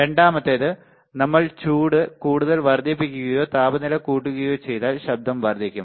രണ്ടാമത്തേത് നമ്മൾ ചൂട് കൂടുതൽ വർദ്ധിപ്പിക്കുകയോ താപനില കൂട്ടുകയോ ചെയ്താൽ ശബ്ദം വർദ്ധിക്കും